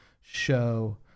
show